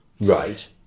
Right